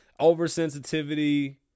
oversensitivity